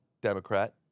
Democrat